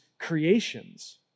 creations